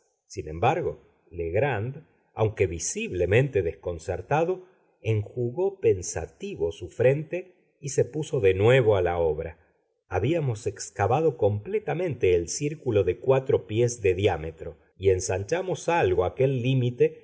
sin embargo legrand aunque visiblemente desconcertado enjugó pensativo su frente y se puso de nuevo a la obra habíamos excavado completamente el círculo de cuatro pies de diámetro y ensanchamos algo aquel límite